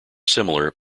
similar